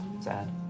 Sad